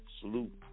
Salute